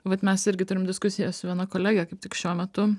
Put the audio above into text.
vat mes irgi turim diskusijas su viena kolege kaip tik šiuo metu